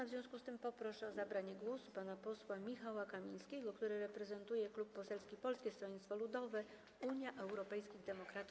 W związku z tym poproszę o zabranie głosu pana posła Michała Kamińskiego, który reprezentuje Klub Poselski Polskiego Stronnictwa Ludowego - Unii Europejskich Demokratów.